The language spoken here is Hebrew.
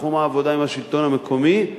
בתחום העבודה עם השלטון המקומי.